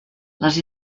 les